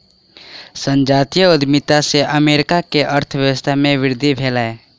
संजातीय उद्यमिता से अमेरिका के अर्थव्यवस्था में वृद्धि भेलै